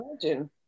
imagine